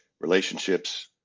relationships